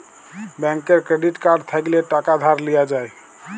ব্যাংকের credit card থ্যাইকলে টাকা ধার লিয়া যায়